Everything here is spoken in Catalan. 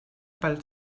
pel